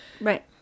Right